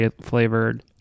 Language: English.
flavored